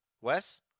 Wes